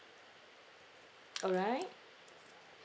all right